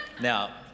Now